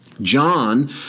John